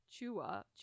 Chua